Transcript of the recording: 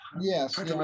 yes